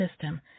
system